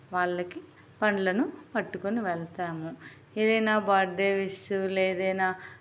వాళ్ళకి పళ్ళను పట్టుకుని వెళ్తాము ఏదైనా బర్త్డే విష్ లేదా ఏదైనా